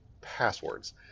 passwords